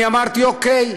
אני אמרתי: אוקיי.